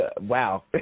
Wow